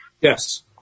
Yes